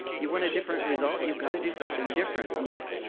you want a different result, you gotta do something different. and yet,